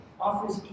offers